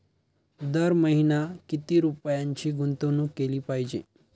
दर महिना किती रुपयांची गुंतवणूक केली पाहिजे?